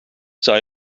zou